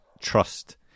trust